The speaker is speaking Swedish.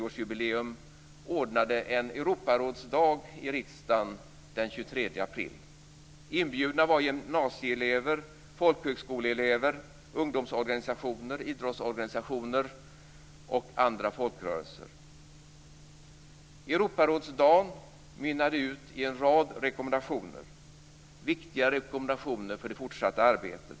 årsjubileum ordnade en Europarådsdag i riksdagen den 23 april. Inbjudna var gymnasieelever, folkhögskolelever, ungdomsorganisationer, idrottsorganisationer och andra folkrörelser. Europarådsdagen mynnade ut i en rad viktiga rekommendationer för det fortsatta arbetet.